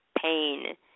Pain